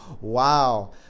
Wow